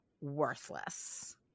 worthless